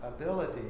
ability